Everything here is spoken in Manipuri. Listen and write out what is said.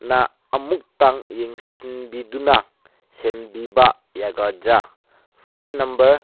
ꯅ ꯑꯝꯨꯛꯇꯪ ꯌꯦꯡꯁꯤꯟꯕꯤꯗꯨꯅ ꯁꯦꯝꯕꯤꯕ ꯌꯥꯒꯗ꯭ꯔꯥ ꯐꯣꯟ ꯅꯝꯕꯔ